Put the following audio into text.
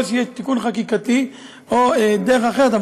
או שיהיה תיקון חקיקתי או דרך אחרת,